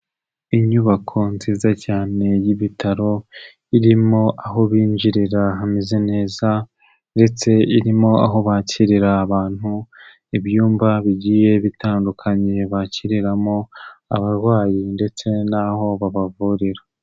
Inyubako nziza cyane y'ibitaro irimo aho binjirira hameze neza ndetse irimo aho bakirira abantu, ibyumba bigiye bitandukanye bakiriramo abarwayi ndetse n'aho babavurira.